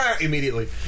Immediately